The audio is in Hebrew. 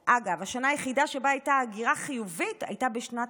השנה היחידה שבה הייתה הגירה חיובית הייתה בשנת 2000,